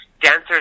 Dancers